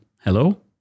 hello